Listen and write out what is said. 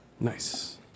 Nice